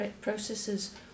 processes